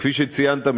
כפי שציינת,